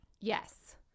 Yes